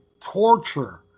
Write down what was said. torture